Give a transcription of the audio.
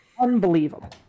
unbelievable